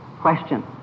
question